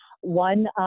One